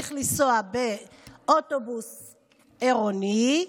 צריך לנסוע באוטובוס עירוני,